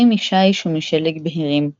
צחים משיש ומשלג בהירים,